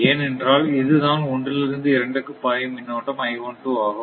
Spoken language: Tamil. ஏனென்றால் இதுதான் ஒன்றிலிருந்து இரண்டுக்கு பாயும் மின்னோட்டம் ஆகும்